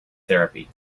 therapy